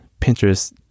Pinterest